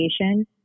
education